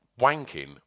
wanking